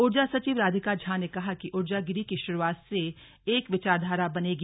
ऊर्जा सचिव राधिक झा ने कहा कि ऊर्जागिरी की शुरूआत से एक विचारधारा बनेगी